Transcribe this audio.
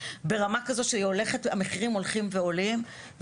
ברמה כזו שהמחירים הולכים ועולים.